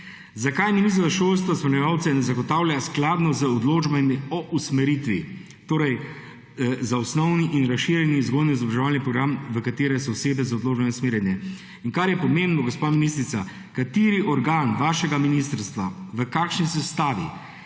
Zakaj ministrstvo za šolstvo spremljevalcev ne zagotavlja skladno z odločbami o usmeritvi, torej za osnovni in razširjeni vzgojno-izobraževalni program, v katerega so osebe z odločbo usmerjene? In kar je pomembno, gospa ministrica: Kateri organ vašega ministrstva, v kakšni sestavi